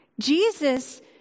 Jesus